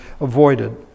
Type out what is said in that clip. avoided